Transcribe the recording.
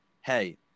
hey